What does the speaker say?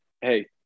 Hey